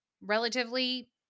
relatively